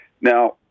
Now